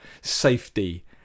safety